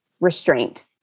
restraint